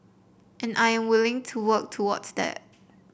and I am willing to work towards that